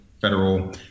federal